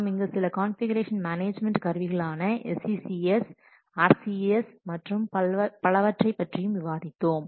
நாம் இங்கு சில கான்ஃபிகுரேஷன் மேனேஜ்மென்ட் கருவிகளான SCCS RCS மற்றும் பலவற்றை பற்றியும் விவாதித்தோம்